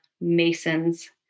masons